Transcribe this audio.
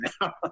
now